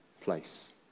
place